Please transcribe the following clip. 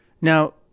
Now